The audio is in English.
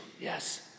Yes